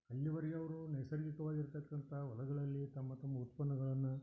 ಅಲ್ಲಿವರೆಗೆ ಅವ್ರು ನೈಸರ್ಗಿಕವಾಗಿ ಇರತಕ್ಕಂಥ ಹೊಲಗಳಲ್ಲಿ ತಮ್ಮ ತಮ್ಮ ಉತ್ಪನ್ನಗಳನ್ನು